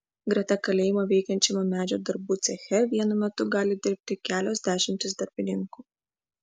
greta kalėjimo veikiančiame medžio darbų ceche vienu metu gali dirbti kelios dešimtys darbininkų